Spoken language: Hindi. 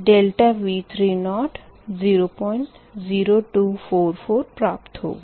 ∆V30 00244 प्राप्त होगा